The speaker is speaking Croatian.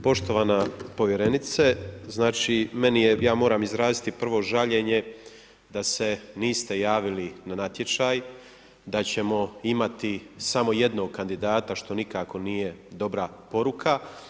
Poštovana povjerenice, znači ja moram izraziti prvo žaljenje da se niste javili na natječaj, da ćemo imati samo jednog kandidata što nikako nije dobra poruka.